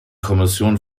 kommission